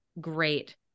great